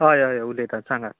हय हय हय उलयता सांगात